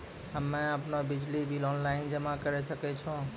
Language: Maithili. हम्मे आपनौ बिजली बिल ऑनलाइन जमा करै सकै छौ?